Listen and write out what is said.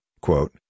quote